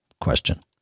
question